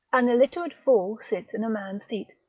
an illiterate fool sits in a man's seat,